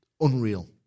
Unreal